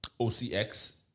OCX